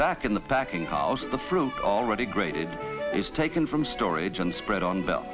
back in the packing house the fruit already grated is taken from storage and spread on b